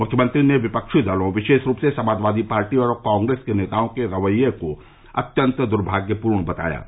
मुख्यमंत्री ने विपक्षी दलों विशेष रूप से समाजवादी पार्टी और कांग्रेस के नेताओं के रवैये को अत्यंत दुर्भाग्यपूर्ण बताया है